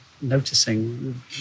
noticing